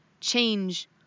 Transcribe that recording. change